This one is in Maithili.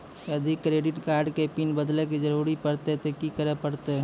यदि क्रेडिट कार्ड के पिन बदले के जरूरी परतै ते की करे परतै?